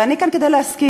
ואני כאן כדי להזכיר: